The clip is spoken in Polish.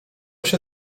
się